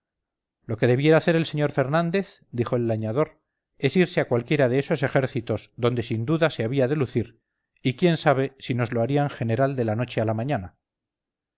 lo que debiera hacer el sr fernández dijo el lañador es irse a cualquiera de esos ejércitos donde sin duda se había de lucir y quién sabe si nos lo harían general de la noche a la mañana